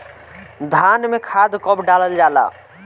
धान में खाद कब डालल जाला?